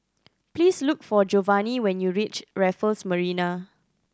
please look for Jovanni when you reach Raffles Marina